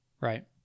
Right